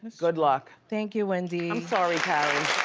good luck. thank you, wendy. i'm sorry, carrie.